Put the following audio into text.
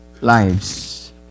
lives